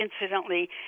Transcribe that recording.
incidentally